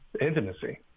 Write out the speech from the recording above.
Intimacy